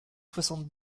soixante